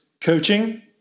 coaching